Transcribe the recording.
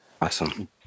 Awesome